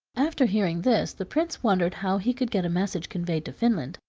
after hearing this, the prince wondered how he could get a message conveyed to finland.